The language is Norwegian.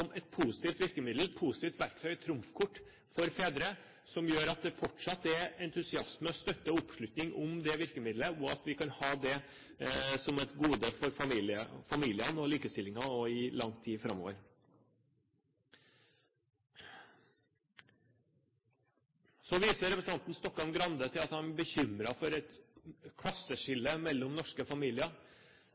et positivt virkemiddel, et positivt verktøy/trumfkort for fedre, som gjør at det fortsatt er entusiasme, støtte og oppslutning om det virkemidlet, slik at det kan være som et gode for familiene og likestillingen også i lang tid framover. Så viser representanten Stokkan-Grande til at han er bekymret for et klasseskille mellom norske familier.